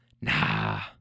Nah